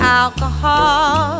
alcohol